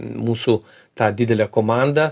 mūsų tą didelę komandą